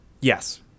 Yes